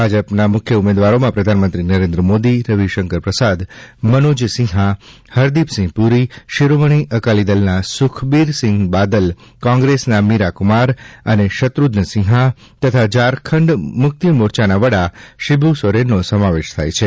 ભાજપના મુખ્ય ઉમેદવારોમાં પ્રધાનમંત્રી નરેન્દ્ર મોદી રવિશંકર પ્રસાદ મનોજ સિંહા હરદિપસિંહ પુરી શિરોમણી અકાલીદળના સુખબીરસિંહ બાદલ કોંગ્રેસના મીરા કુમાર અને શત્રુધ્ન સિંહા તથા ઝારખંડ મુક્તિ મોરચાના વડા શિબુ સોરેનનો સમાવેશ થાય છે